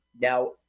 now